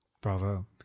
Bravo